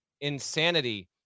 insanity